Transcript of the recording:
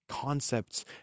concepts